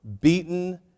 beaten